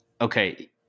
okay –